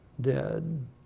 dead